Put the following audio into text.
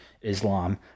Islam